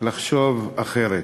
לחשוב אחרת,